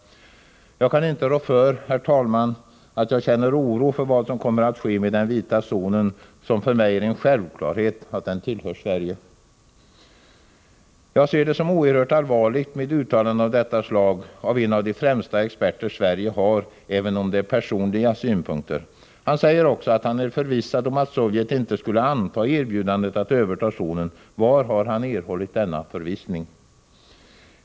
Jag kan inte rå för, herr talman, att jag känner oro inför vad som kommer att ske med denna vita zon. För mig är det en självklarhet att den tillhör Sverige. Jag ser det som oerhört allvarligt med uttalanden av detta slag av en av de främsta experter Sverige har — även om det är personliga synpunkter. Han säger också att han är förvissad om att Sovjet inte skulle anta erbjudandet att överta zonen. Var har han erhållit denna förvissning?